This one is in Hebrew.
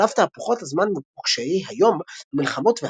שעל-אף תהפוכות הזמן וקשיי היום, המלחמות והצער,